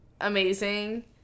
amazing